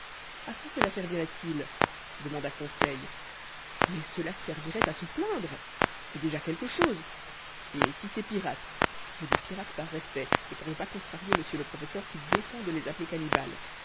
a quoi cela servirait-il demanda conseil mais cela servirait à se plaindre c'est déjà quelque chose et si ces pirates je dis pirates par respect et pour ne pas contrarier monsieur le professeur qui défend de les appeler cannibales